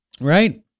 Right